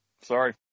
Sorry